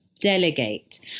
Delegate